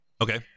Okay